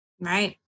Right